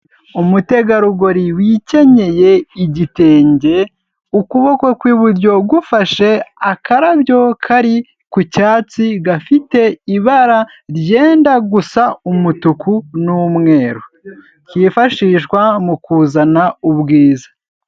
Umutegarugori wikenyeye igitenge, ukuboko kw'iburyo gufashe akarabyo kari ku cyatsi gafite ibara ryenda gusa umutuku n'umweru, kifashishwa mu kuzana ubwiza.